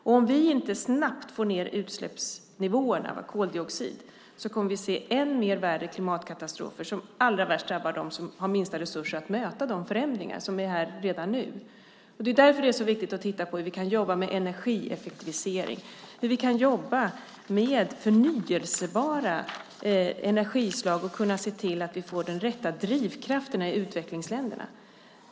Om vi inte snabbt får ned utsläppsnivåerna av koldioxid kommer vi att få se än värre klimatkatastrofer som allra värst drabbar dem som har de minsta resurserna att möta de förändringar som är här redan nu. Det är viktigt att titta på hur vi kan jobba med energieffektivisering, hur vi kan jobba med förnybara energislag och kunna se till att vi får den rätta drivkraften i utvecklingsländerna.